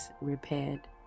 repaired